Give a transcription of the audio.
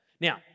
now